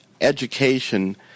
education